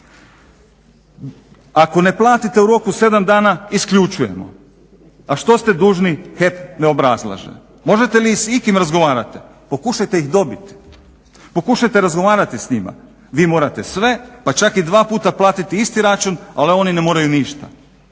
Ako ne platite u roku od sedam dana isključujemo, a što ste dužni HEP ne obrazlaže. Možete li s ikim da razgovarate, pokušajte ih dobit, pokušajte razgovarati s njima, vi morate sve pa čak i dva puta platiti isti račun ali oni ne moraju ništa.